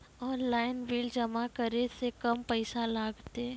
Online bill जमा करै से कम पैसा लागतै?